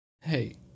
Hey